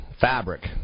fabric